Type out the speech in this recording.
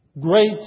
great